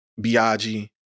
Biagi